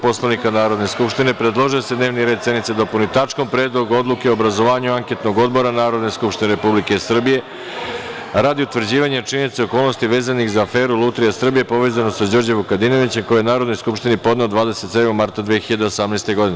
Poslovnika Narodne skupštine, predložio je da se dnevni red sednice dopuni tačkom – Predlog odluke o obrazovanju anketnog odbora Narodne skupštine Republike Srbije, radi utvrđivanja činjenica i okolnosti vezanih za aferu „Lutrija Srbije“, povezano sa Đorđem Vukadinovićem, koji je Narodnoj skupštini podneo 27. marta 2018. godine.